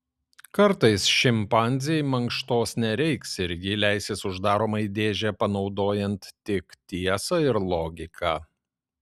kartais šimpanzei mankštos nereiks ir ji leisis uždaroma į dėžę panaudojant tik tiesą ir logiką